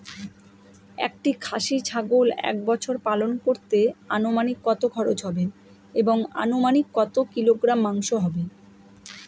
একটি খাসি ছাগল এক বছর পালন করতে অনুমানিক কত খরচ হবে এবং অনুমানিক কত কিলোগ্রাম মাংস হবে?